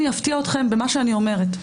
אני אפתיע אתכם במה שאני אומרת.